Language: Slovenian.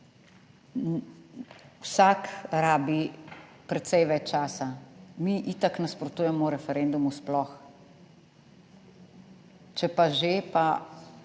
vsak rabi precej več časa. Mi itak nasprotujemo referendumu, sploh če pa že, pa